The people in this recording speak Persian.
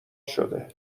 شده